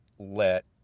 Let